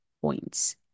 points